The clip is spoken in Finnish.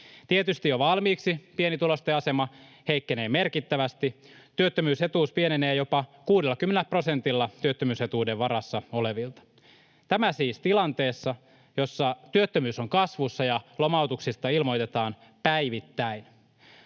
Tietysti jo valmiiksi pienituloisten asema heikkenee merkittävästi. Työttömyys-etuus pienenee jopa 60 prosentilla työttömyysetuuden varassa olevilta — tämä siis tilanteessa, jossa työttömyys on kasvussa ja lomautuksista ilmoitetaan päivittäin.